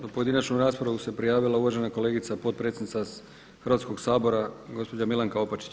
Za pojedinačnu raspravu se prijavila uvažena kolegica potpredsjednica Hrvatskog sabora, gospođa Milanka Opačić.